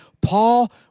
Paul